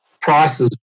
prices